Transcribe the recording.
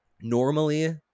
normally